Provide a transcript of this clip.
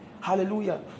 Hallelujah